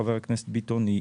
חבר הכנסת ביטון.